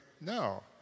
No